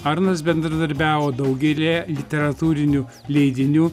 arnas bendradarbiavo daugelyje literatūrinių leidinių